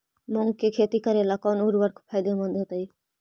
मुंग के खेती करेला कौन उर्वरक फायदेमंद होतइ?